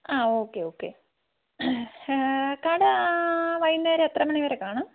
ആ okay okay കട വൈകുന്നേരം എത്ര മണി വരെ കാണും